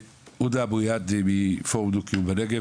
הודא אבו עביד מפורום דו קיום בנגב.